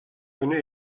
günü